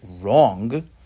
wrong